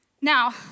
Now